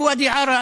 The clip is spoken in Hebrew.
בוואדי עארה,